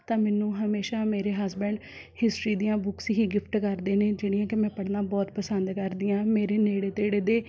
ਤਾਂ ਮੈਨੂੰ ਹਮੇਸ਼ਾ ਮੇਰੇ ਹਸਬੈਂਡ ਹਿਸਟਰੀ ਦੀਆਂ ਬੁੱਕਸ ਹੀ ਗਿਫ਼ਟ ਕਰਦੇ ਨੇ ਜਿਹੜੀਆਂ ਕਿ ਮੈਂ ਪੜ੍ਹਣਾ ਬਹੁਤ ਪਸੰਦ ਕਰਦੀ ਹਾਂ ਮੇਰੇ ਨੇੜੇ ਤੇੜੇ ਦੇ